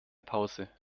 pause